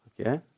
Okay